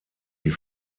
die